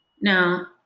Now